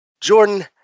Jordan